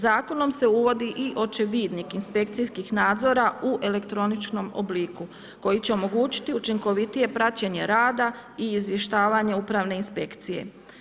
Zakonom se uvodi i očevidnik inspekcijskih nadzora u elektroničkom obliku koji će omogućiti učinkovitije praćenje rada i izvještavanja Upravne inspekcije.